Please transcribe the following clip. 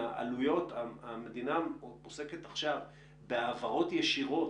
המדינה עוסקת עכשיו בהעברות ישירות